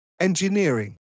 engineering